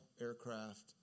aircraft